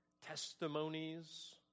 testimonies